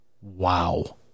Wow